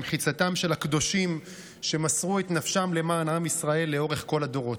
במחיצתם של הקדושים שמסרו את נפשם למען עם ישראל לאורך כל הדורות.